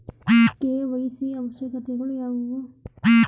KYC ಅವಶ್ಯಕತೆಗಳು ಯಾವುವು?